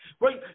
right